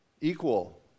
Equal